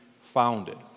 founded